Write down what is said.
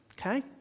Okay